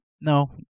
No